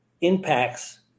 impacts